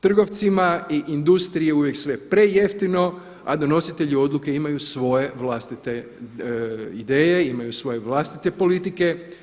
Trgovcima i industriji je uvijek sve prejeftino, a donositelji odluke imaju svoje vlastite ideje, imaju svoje vlastite politike.